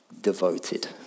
devoted